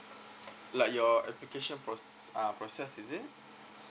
like your application pro~ uh process is it